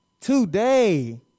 Today